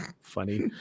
Funny